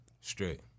Straight